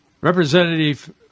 Representative